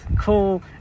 cool